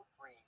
free